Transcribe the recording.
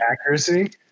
accuracy